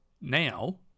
now